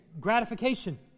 gratification